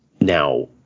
Now